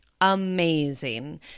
Amazing